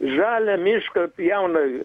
žalią mišką pjauna